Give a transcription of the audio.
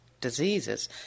diseases